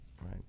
Right